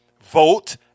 vote